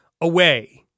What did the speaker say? away